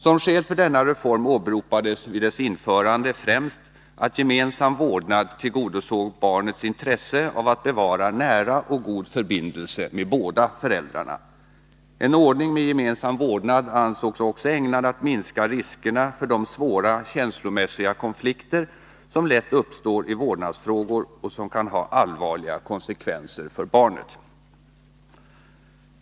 Som skäl för denna reform åberopades vid dess införande främst, att gemensam vårdnad tillgodosåg barnets intresse av att bevara nära och god förbindelse med båda föräldrarna. En ordning med gemensam vårdnad ansågs också ägnad att minska riskerna för de svåra känslomässiga konflikter som lätt uppstår i vårdnadsfrågor och som kan ha allvarliga konsekvenser för barnet.